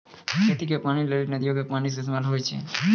खेती के पानी लेली नदीयो के पानी के इस्तेमाल होय छलै